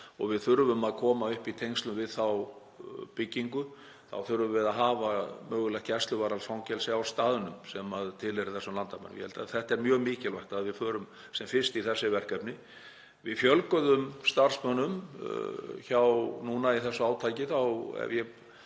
aðstaða þarf að batna. Í tengslum við þá byggingu þurfum við að hafa mögulega gæsluvarðhaldsfangelsi á staðnum sem tilheyrir þessum landamærum. Ég held að það sé mjög mikilvægt að við förum sem fyrst í þessi verkefni. Við fjölguðum starfsmönnum núna í þessu átaki — ég